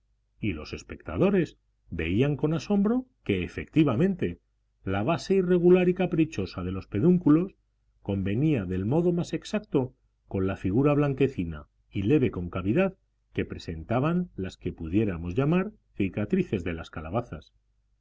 y los espectadores veían con asombro que efectivamente la base irregular y caprichosa de los pedúnculos convenía del modo más exacto con la figura blanquecina y leve concavidad que presentaban las que pudiéramos llamar cicatrices de las calabazas